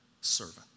servant